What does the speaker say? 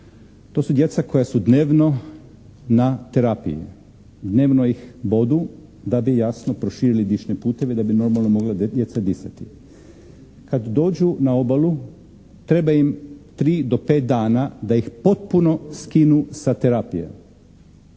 To su djeca koja su dnevno na terapiji, dnevno ih bodu da bi jasno proširili dišne puteve, da bi normalno mogla djeca disati. Kad dođu na obalu treba im 3 do 5 dana da ih potpuno skinu s terapije.